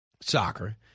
soccer